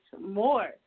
more